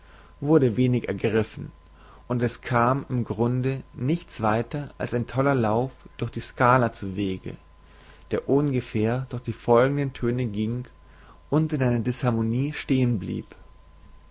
wurde wenig ergriffen und es kam im grunde nichts weiter als ein toller lauf durch die skala zuwege der ohngefähr durch die folgenden töne ging und in einer disharmonie stehen blieb